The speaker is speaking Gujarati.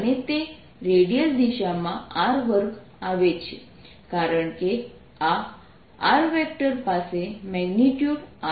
અને તે રેડિયલ દિશામાં r2 આવે છે કારણ કે આ r પાસે મેગ્નિટ્યુડ r છે